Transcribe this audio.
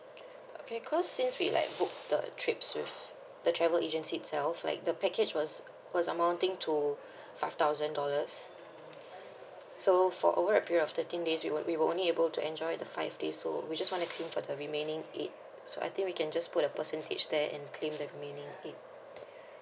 okay cause since we like book the trips with the travel agency itself like the package was was amounting to five thousand dollars so for over a period of thirteen days we were we were only able to enjoy the five days so we just want to claim for the remaining it so I think we can just put a percentage there and claim the remaining it